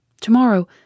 Tomorrow